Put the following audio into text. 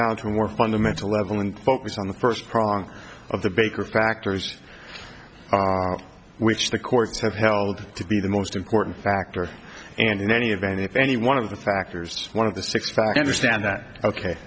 down to a more fundamental level and focus on the first prong of the baker factors which the courts have held to be the most important factor and in any event if any one of the factors one of the six fact understand that ok